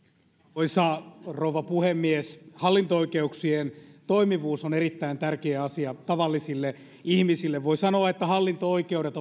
arvoisa rouva puhemies hallinto oikeuksien toimivuus on erittäin tärkeä asia tavallisille ihmisille voi sanoa että hallinto oikeudet